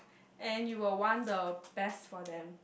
and you will want the best for them